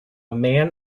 man